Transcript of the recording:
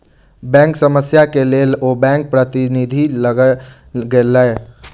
bank समस्या के लेल ओ बैंक प्रतिनिधि लग गेला